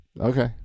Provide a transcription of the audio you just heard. Okay